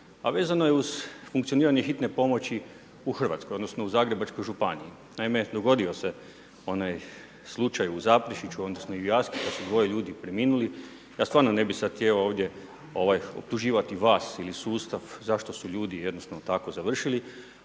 a vezano je uz funkcioniranje hitne pomoći u RH, odnosno u Zagrebačkoj županiji. Naime, dogodio se onaj slučaj u Zaprešiću, odnosno i u Jaski kad su dvoje ljudi preminuli. Ja stvarno ne bih sad htio ovdje optuživati vas ili sustav zašto su ljudi jednostavno tako završili,